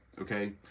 Okay